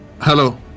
Hello